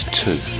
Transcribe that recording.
two